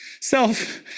Self